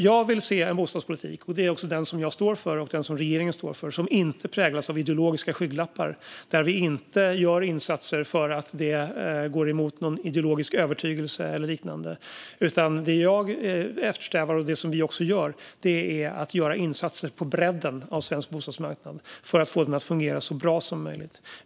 Jag vill se en bostadspolitik som inte präglas av ideologiska skygglappar, där vi inte avstår från att göra insatser för att de går emot någon ideologisk övertygelse eller liknande. Det är också den politik som jag och regeringen står för. Det som jag eftersträvar, och som vi också gör, är att göra insatser på bredden för svensk bostadsmarknad, för att få den att fungera så bra som möjligt.